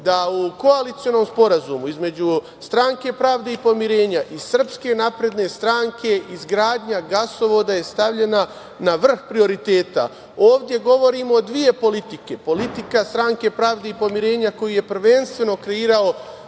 da u koalicionom sporazumu između Stranke pravde i pomirenja i SNS izgradnja gasovoda je stavljena na vrh prioriteta. Ovde govorimo o dve politike. Politika Stranke pravde i pomirenja, koju je prvenstveno kreirao